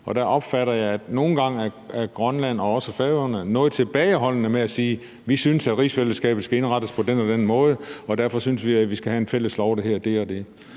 ud. Der opfatter jeg det nogle gange sådan, at Grønland og også Færøerne er noget tilbageholdende med at sige: Vi synes, at rigsfællesskabet skal indrettes på den og den måde, og derfor synes vi, at vi skal have en fælles lov, der hedder det